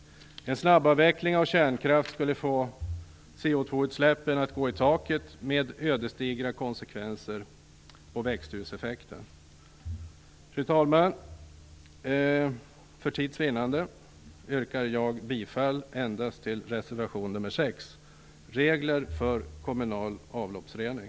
En snabbavveckling av kärnkraften skulle få koldioxidutsläppen att slå i taket, med ödesdigra konsekvenser på växthuseffekten. Fru talman! För tids vinnande yrkar jag bifall endast till reservation nr 6, som rör regler för kommunal avloppsrening.